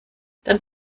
dann